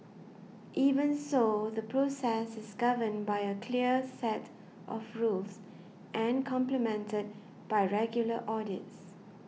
even so the process is governed by a clear set of rules and complemented by regular audits